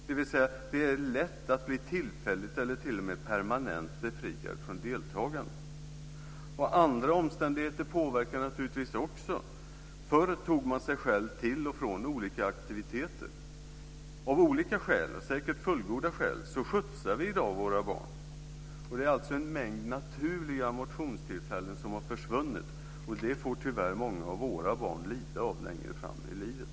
Det är lätt att bli tillfälligt eller t.o.m. permanent befriad från deltagande. Andra omständigheter påverkar naturligtvis också. Förr tog man sig själv till och från olika aktiviteter. Av olika skäl, och säkert fullgoda skäl, skjutsar vi i dag våra barn. Det är alltså en mängd naturliga motionstillfällen som har försvunnit. Det får tyvärr många av våra barn lida av längre fram i livet.